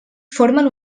formen